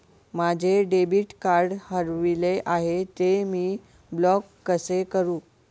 माझे debit card हरविले आहे, ते मी ब्लॉक कसे करु?